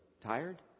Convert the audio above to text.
tired